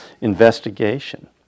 investigation